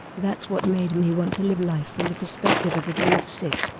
that's what made me want to live life from the perspective of a dwarf sic.